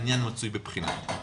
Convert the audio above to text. העניין מצוי בבחינה.